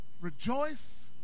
rejoice